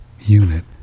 unit